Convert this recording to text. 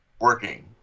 working